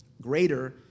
greater